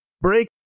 break